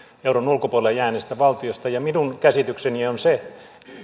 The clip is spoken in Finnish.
euron ulkopuolelle jääneistä valtioista ja minun käsitykseni on se